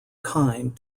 kind